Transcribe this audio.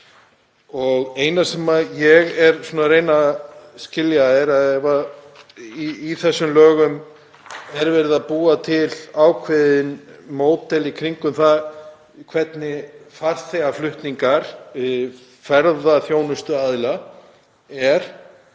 Það eina sem ég er að reyna að skilja er, ef í þessum lögum er verið að búa til ákveðið módel í kringum það hvernig farþegaflutningar ferðaþjónustuaðila eru,